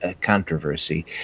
controversy